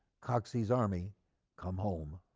coxey's army come home.